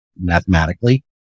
mathematically